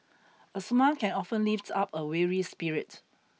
a smile can often lift up a weary spirit